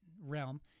realm